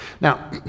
Now